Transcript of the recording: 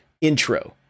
intro